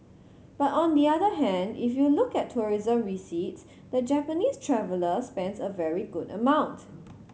but on the other hand if you look at tourism receipts the Japanese traveller spends a very good amount